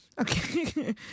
okay